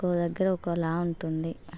ఒక్క దగ్గర ఒక్క లాగ ఉంటుంది